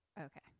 Okay